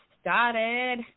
started